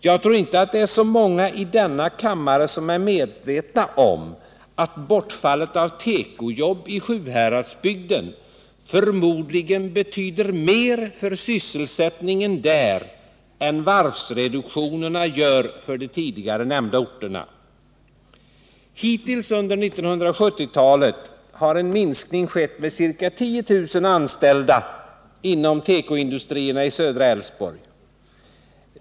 Jag tror dock inte att lika många i denna kammare är medvetna om att bortfallet av tekojobb i Sjuhäradsbygden förmodligen betyder mer för sysselsättningen där än varvsreduktionerna gör för de tidigare nämnda orterna. Hittills under 1970-talet har en minskning skett med ca 10 000 anställda inom tekoindustrierna i Södra Älvsborgs län.